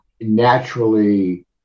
naturally